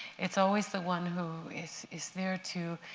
it's always the one who is is there to